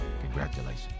congratulations